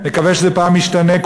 נקווה שזה ישתנה,